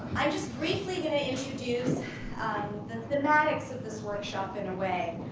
i'm just briefly gonna introduce the thematics of this workshop in a way.